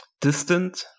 distant